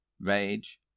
rage